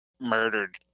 murdered